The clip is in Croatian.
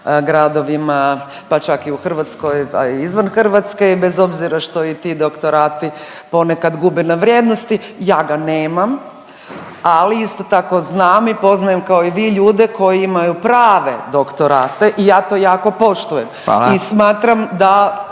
gradovima, pa čak i u Hrvatskoj, a i izvan Hrvatske i bez obzira što i ti doktorati ponekad gube na vrijednosti, ja ga nemam, ali isto tako znam i poznajem kao i vi ljude koji imaju prave doktorate i ja to jako poštujem. …/Upadica